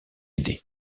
idée